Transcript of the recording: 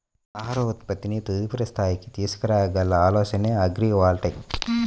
ఆహార ఉత్పత్తిని తదుపరి స్థాయికి తీసుకురాగల ఆలోచనే అగ్రివోల్టాయిక్